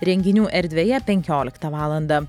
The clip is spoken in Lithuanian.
renginių erdvėje penkioliktą valandą